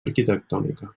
arquitectònica